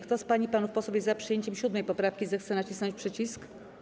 Kto z pań i panów posłów jest za przyjęciem 7. poprawki, zechce nacisnąć przycisk.